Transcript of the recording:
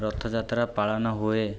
ରଥଯାତ୍ରା ପାଳନ ହୁଏ